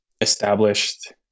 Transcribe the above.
established